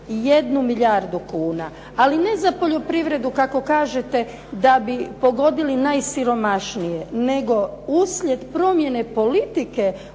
1 milijardu kuna, ali ne za poljoprivredu kako kažete da bi pogodili najsiromašnije, nego uslijed promjene politike